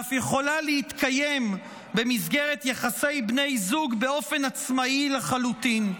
ואף יכולה להתקיים במסגרת יחסי בני זוג באופן עצמאי לחלוטין.